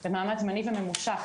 זה מעמד זמני וממושך,